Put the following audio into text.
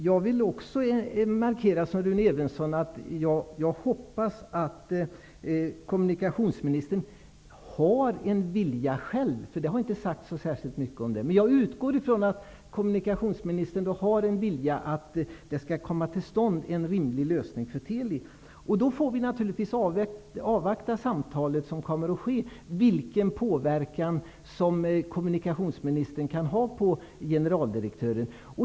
Herr talman! Jag vill, precis som Rune Evensson gjorde, markera att jag hoppas att kommunikationsministern själv har en vilja. Det har inte sagts särskilt mycket i det avseendet. Jag utgår från att kommunikationsministern ändå har en vilja när det gäller att få till stånd en rimlig lösning för Teli. Vi får naturligtvis avvakta det samtal som skall föras. Sedan får vi se vilken påverkan kommunikationsministern kan ha på generaldirektören.